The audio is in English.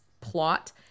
plot